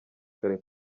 kare